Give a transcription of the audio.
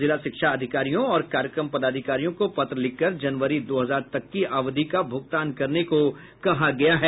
जिला शिक्षा अधिकारियों और कार्यक्रम पदाधिकारियों को पत्र लिखकर जनवरी दो हजार तक की अवधि का भुगतान करने को कहा गया है